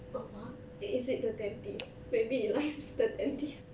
uh wha~ is it the dentist maybe it lies with the dentist